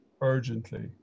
urgently